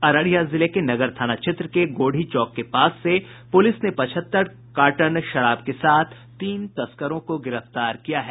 अररिया जिले के नगर थाना क्षेत्र के गोढ़ी चौक के पास से पुलिस ने पचहत्तर कार्टन विदेशी शराब के साथ तीन तस्करों को गिरफ्तार किया है